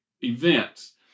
events